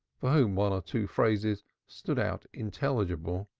for whom one or two phrases stood out intelligible.